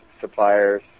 suppliers